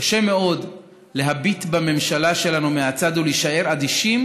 קשה מאוד להביט בממשלה שלנו מהצד ולהישאר אדישים